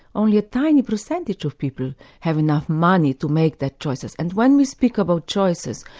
only a tiny percentage of people have enough money to make their choices. and when we speak about choices,